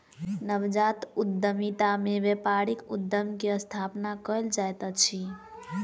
नवजात उद्यमिता में व्यापारिक उद्यम के स्थापना कयल जाइत अछि